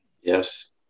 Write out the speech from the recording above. Yes